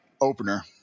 opener